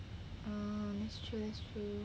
mm that's true that's true